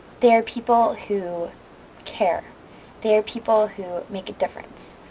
they are people who care they are people who make a difference.